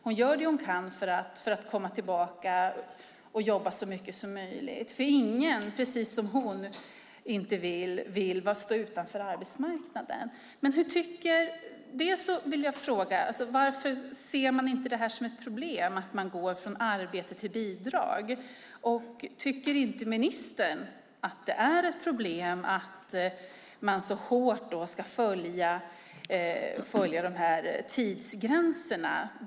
Hon gör det hon kan för att komma tillbaka och jobba så mycket som möjligt. Precis som hon vill ingen stå utanför arbetsmarknaden. Jag vill fråga: Varför ser ni det inte som ett problem att man går från arbete till bidrag? Tycker inte ministern att det är ett problem att man så hårt ska följa tidsgränserna?